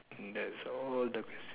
and that's all the questions